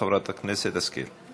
חברת הכנסת השכל.